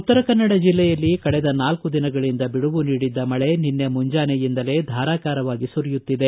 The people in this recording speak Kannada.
ಉತ್ತರ ಕನ್ನಡ ಜಿಲ್ಲೆಯಲ್ಲಿ ಕಳೆದ ನಾಲ್ಕು ದಿಸಗಳಿಂದ ಬಿಡುವು ನೀಡಿದ್ದ ಮಳೆ ನಿನ್ನೆ ಮುಂಜಾನೆಯಿಂದಲೇ ಧಾರಾಕಾರವಾಗಿ ಸುರಿಯುತ್ತಿದೆ